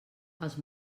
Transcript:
els